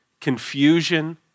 confusion